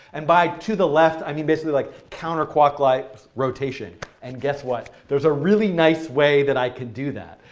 and by to the left, i mean basically like counterclockwise rotation. and guess what, there's a really nice way that i can do that.